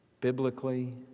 biblically